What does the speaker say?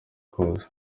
kose